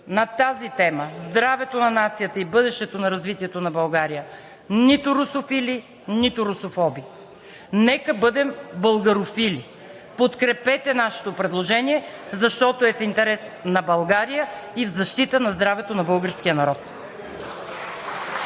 по темата за здравето на нацията и бъдещето на развитието на България нито русофили, нито русофоби, нека да бъдем българофили! Подкрепете нашето предложение, защото е в интерес на България и в защита на здравето на българския народ.